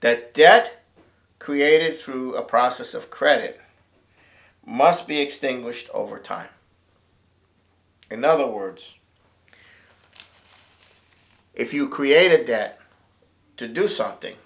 that debt created through a process of credit must be extinguished over time in other words if you created that to do something